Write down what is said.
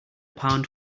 pound